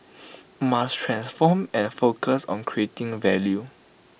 must transform and focus on creating value